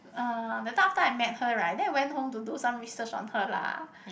uh that time after I met her right then I went home to do some research on her lah